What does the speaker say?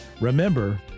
remember